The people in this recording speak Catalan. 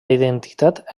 identitat